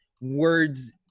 words